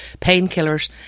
painkillers